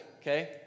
Okay